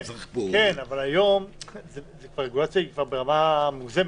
כן, אבל היום הרגולציה היא כבר ברמה מוגזמת.